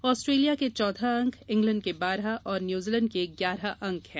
Australia के चौदह अंक इंग्लैंड के बारह और न्यूजीलैंड के ग्यारह अंक है